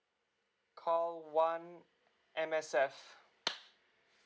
call one M_S_F